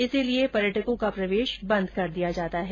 इसलिये पर्यटकों का प्रवेश बंद किया जाता है